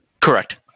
Correct